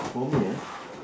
for me